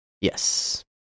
yes